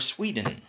Sweden